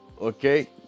okay